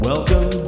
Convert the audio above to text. Welcome